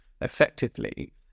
effectively